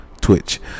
Twitch